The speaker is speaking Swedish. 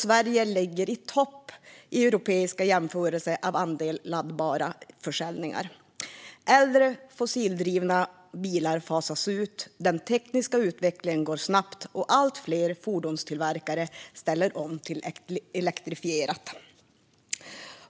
Sverige ligger i topp i europeiska jämförelser av andelen laddbara bilar vid försäljningar. Äldre fossildrivna bilar fasas ut. Den tekniska utvecklingen går snabbt, och allt fler fordonstillverkare ställer om till elektrifierade fordon.